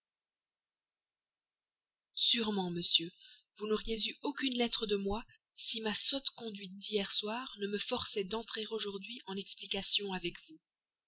sûrement monsieur vous n'auriez eu aucune lettre de moi si ma sotte conduite d'hier au soir ne me forçait d'entrer aujourd'hui en explication avec vous